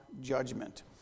judgment